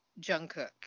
Jungkook